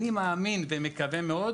ואני מאמין ומקווה מאוד